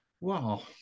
Wow